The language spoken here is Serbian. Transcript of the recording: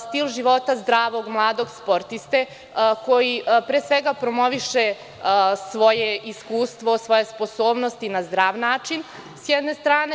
Stil života zdravog mladog sportiste koji pre svega promoviše svoje iskustvo, svoje sposobnosti na zdrav način, sjedne strane.